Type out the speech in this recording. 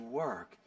work